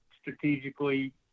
strategically